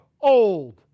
old